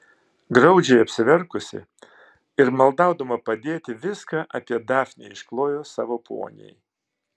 graudžiai apsiverkusi ir maldaudama padėti viską apie dafnę išklojo savo poniai